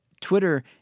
Twitter